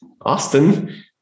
Austin